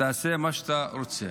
תעשה מה שאתה רוצה.